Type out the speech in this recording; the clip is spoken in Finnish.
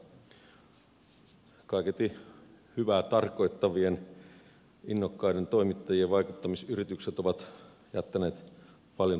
kaiketi hyvää tarkoittavien innokkaiden toimittajien vaikuttamisyritykset ovat jättäneet paljon toivomisen varaa